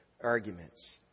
Arguments